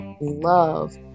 love